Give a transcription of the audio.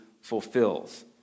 fulfills